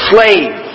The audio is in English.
Slave